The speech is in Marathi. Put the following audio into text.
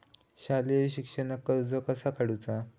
शालेय शिक्षणाक कर्ज कसा काढूचा?